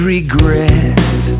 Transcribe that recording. Regret